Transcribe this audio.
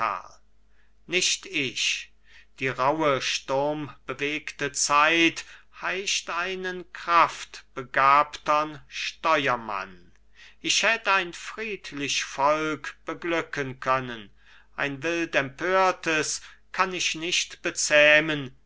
nicht ich die rauhe sturmbewegte zeit heischt einen kraftbegabtern steuermann ich hätt ein friedlich volk beglücken können ein wild empörtes kann ich nicht bezähmen